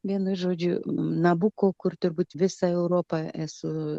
vienu žodžiu nabuko kur turbūt visą europą esu